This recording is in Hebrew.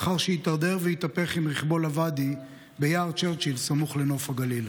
לאחר שהידרדר והתהפך עם רכבו לוואדי ביער צ'רצ'יל סמוך לנוף הגליל.